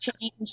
change